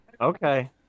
Okay